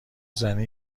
زنه